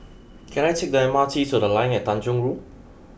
can I take the M R T to The Line at Tanjong Rhu